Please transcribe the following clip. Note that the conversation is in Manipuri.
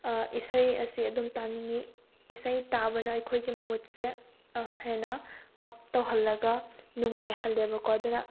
ꯏꯁꯩ ꯑꯁꯤ ꯑꯗꯨꯝ ꯇꯥꯅꯤꯡꯏ ꯏꯁꯩ ꯇꯥꯕꯅ ꯑꯩꯈꯣꯏꯒꯤ ꯃꯨꯠꯁꯦ ꯍꯦꯟꯅ ꯑꯞ ꯇꯧꯍꯜꯂꯒ ꯅꯨꯡꯉꯥꯏꯍꯜꯂꯦꯕꯀꯣ ꯑꯗꯨꯅ